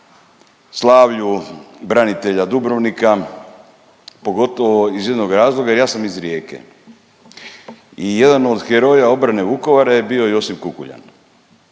slavlju branitelja Dubrovnika, pogotovo iz jednog razloga jer ja sam iz Rijeke i jedan od heroja obrane Vukovara je bio Josip Kukuljan,